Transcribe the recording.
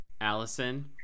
Allison